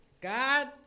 God